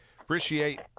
appreciate